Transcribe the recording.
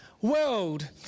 world